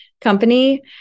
company